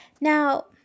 Now